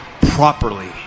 properly